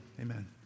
amen